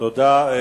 תודה.